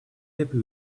happy